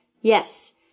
Yes